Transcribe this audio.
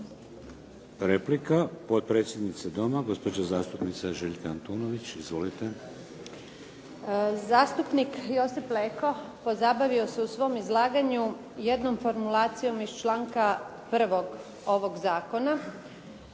Replika potpredsjednice Doma. Gospođa zastupnica Željka Antunović. Izvolite. **Antunović, Željka (SDP)** Zastupnik Josip Leko pozabavio se u svom izlaganju jednom formulacijom iz članka 1. ovog Zakona,